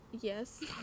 Yes